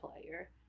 player